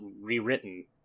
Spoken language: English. rewritten